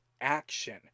action